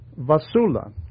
Vasula